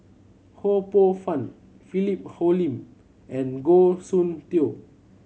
Ho Poh Fun Philip Hoalim and Goh Soon Tioe